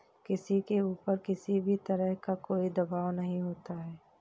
किसी के ऊपर किसी भी तरह का कोई दवाब नहीं होता है